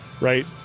right